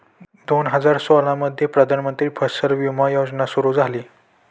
दोन हजार सोळामध्ये प्रधानमंत्री फसल विमा योजना सुरू झाली